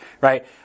Right